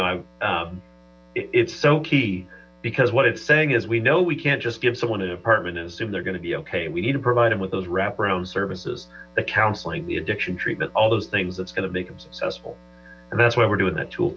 know i'm it's so key because what it's saying is we know we can't just give someone an apartment and assume they're going to be ok we need to provide them with those wraparound services the counseling the addiction treatment all those things that's going to make them successful and that's why we're doing that too